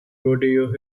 rodeo